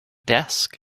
desk